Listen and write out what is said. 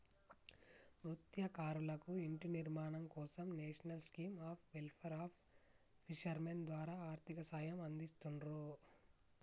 మత్స్యకారులకు ఇంటి నిర్మాణం కోసం national scheme of welfare of fishermen ద్వారా ఆర్థిక సహాయం అందిస్తున్రు